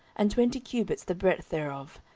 and twenty cubits the breadth thereof,